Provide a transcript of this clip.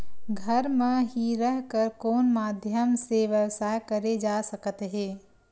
घर म हि रह कर कोन माध्यम से व्यवसाय करे जा सकत हे?